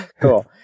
Cool